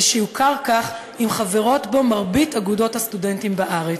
ושיוכר כך אם חברות בו מרבית אגודות הסטודנטים בארץ.